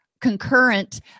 concurrent